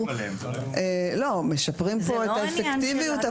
משפרים פה את האפקטיביות,